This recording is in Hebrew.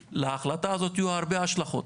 להחלטה הזאת יהיו הרבה השלכות.